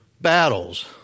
battles